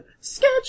sketch